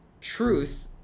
Truth